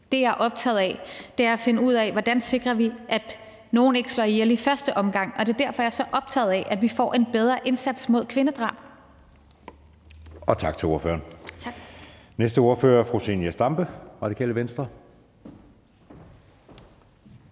Det, jeg er optaget af, er at finde ud af, hvordan vi sikrer, at nogen ikke slår ihjel i første omgang, og det er derfor, jeg er så optaget af, at vi får en bedre indsats mod kvindedrab. Kl. 14:17 Anden næstformand (Jeppe Søe): Tak til ordføreren. Den næste ordfører er fru Zenia Stampe, Radikale Venstre.